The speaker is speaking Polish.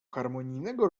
harmonijnego